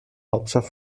hauptstadt